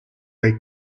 may